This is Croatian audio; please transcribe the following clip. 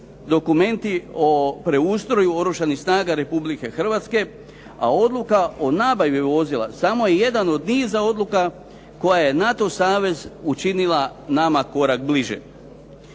dokumenti o preustroju Oružanih snaga Republike Hrvatske a odluka o nabavi vozila samo je jedna od niza odluka koja je NATO savez učinila nama korak bliže.